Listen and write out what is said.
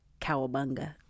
Cowabunga